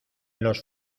los